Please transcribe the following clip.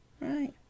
Right